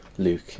Luke